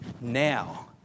now